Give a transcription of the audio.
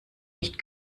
nicht